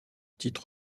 titre